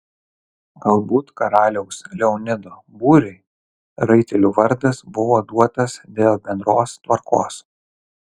galbūt karaliaus leonido būriui raitelių vardas buvo duotas dėl bendros tvarkos